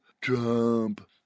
Trump